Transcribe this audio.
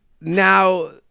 Now